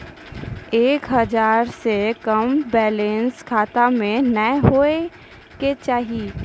एक हजार से कम बैलेंस खाता मे नैय होय के चाही